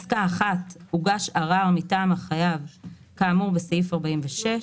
"(1)הוגש ערר מטעם החייב כאמור בסעיף 46,